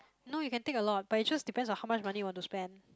no you can take a lot but it just depends on how much money you want to spend